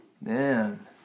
Man